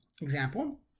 example